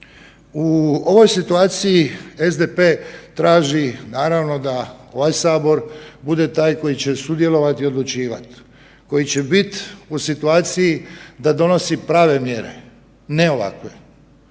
U ovoj situaciji SDP traži naravno da ovaj sabor bude taj koji će sudjelovati i odlučivati, koji će biti u situaciji da donosi prave mjere, ne ovakve,